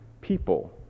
people